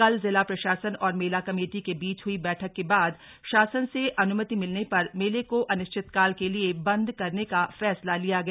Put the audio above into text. कल जिला प्रशासन और मेला कमेटी के बीच हुई बैठक के बाद शासन से अनुमति मिलने पर मेले को अनिश्चितकाल के लिए बंद करने का फैसला लिया गया